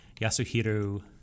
Yasuhiro